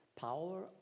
power